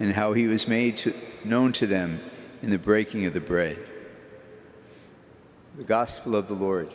and how he was made to known to them in the breaking of the bread the gospel of the lord